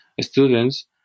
students